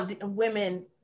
women